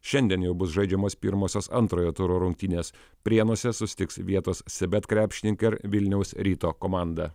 šiandien jau bus žaidžiamos pirmosios antrojo turo rungtynės prienuose susitiks vietos cbet krepšininkai ir vilniaus ryto komanda